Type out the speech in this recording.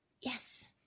Yes